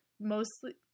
mostly